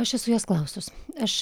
aš esu jos klausus aš